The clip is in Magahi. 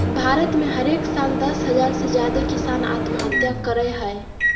भारत में हरेक साल दस हज़ार से ज्यादे किसान आत्महत्या करय हय